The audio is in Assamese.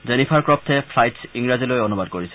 জেনিফাৰ ক্ৰ'ফটে ফ্লাইছ ইংৰাজীলৈ অনুবাদ কৰিছে